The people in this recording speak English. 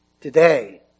Today